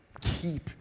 keep